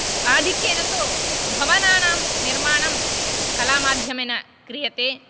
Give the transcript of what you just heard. आधिक्येन तु भवनानां निर्माणं कलामाध्यमेन क्रियते